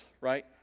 right